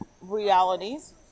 realities